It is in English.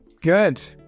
good